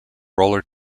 roller